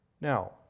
Now